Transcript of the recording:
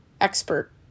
expert